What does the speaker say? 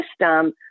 system